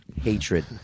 hatred